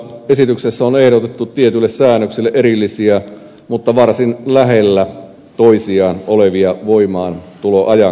esityksessä on ehdotettu tietyille säännöksille erillisiä mutta varsin lähellä toisiaan olevia voimaantuloajankohtia